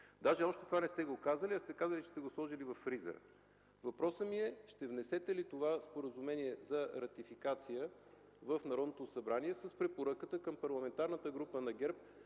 Даже още това не сте го казали, а сте казали, че сте го сложили във „фризера”. Въпросът ми е: ще внесете ли това споразумение за ратификация в Народното събрание с препоръката към Парламентарната група на ГЕРБ